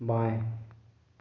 बाएँ